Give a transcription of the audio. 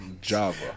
Java